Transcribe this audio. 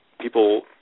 people